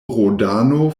rodano